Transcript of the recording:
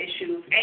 issues